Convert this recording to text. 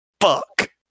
fuck